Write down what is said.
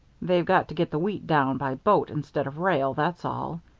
they've got to get the wheat down by boat instead of rail, that's all.